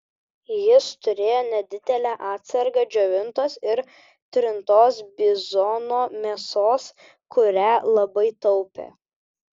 jis turėjo nedidelę atsargą džiovintos ir trintos bizono mėsos kurią labai taupė